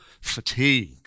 fatigue